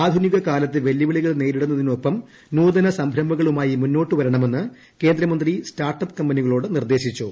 ആധുനിക കാലത്തെ വെല്ലുവിളികൾ ഗ്ഗേരിടുന്നതിനോടൊപ്പം നൂതന സംരംഭങ്ങളുമായി മുന്നോട്ടു വർണ്ണമെന്ന് കേന്ദ്രമന്ത്രി സ്റ്റാർട്ടപ്പ് കമ്പനികളോട് നിർദ്ദേശിച്ചു